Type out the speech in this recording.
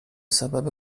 سبب